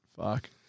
Fuck